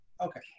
Okay